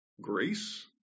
grace